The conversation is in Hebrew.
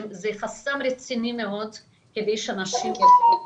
חסם רציני מאוד כדי שאנשים יפנו אלינו.